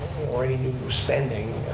or any new spending.